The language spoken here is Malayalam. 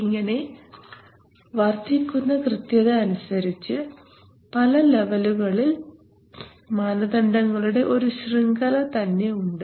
ഇങ്ങനെ വർദ്ധിക്കുന്ന കൃത്യത അനുസരിച്ച് പല ലെവലുകളിൽ മാനദണ്ഡങ്ങളുടെ ഒരു ശൃംഖല തന്നെ ഉണ്ട്